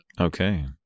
Okay